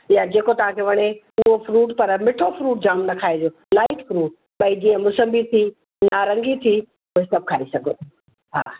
या जेको तव्हांखे वणे उहो फ्रुट पण मिठो फ्रुट जामु न खाइजो लाइट फ्रुट बई जीअं मौसमी थी नारंगी थी हे सब खाई सघो था हा